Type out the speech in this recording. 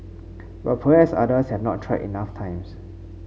but perhaps others have not tried enough times